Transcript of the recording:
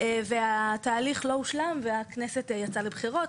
והתהליך לא הושלם והכנסת יצאה לבחירות,